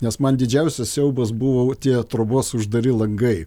nes man didžiausias siaubas buvo tie trobos uždari langai